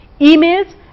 emails